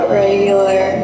regular